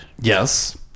Yes